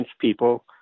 people